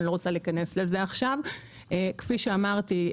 כפי שאמרתי,